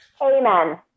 Amen